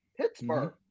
Pittsburgh